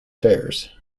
fairs